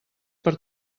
per